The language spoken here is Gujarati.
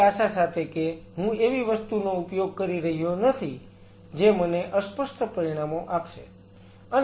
એવી આશા સાથે કે હું એવી વસ્તુનો ઉપયોગ કરી રહ્યો નથી જે મને અસ્પષ્ટ પરિણામો આપશે